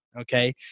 okay